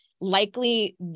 likely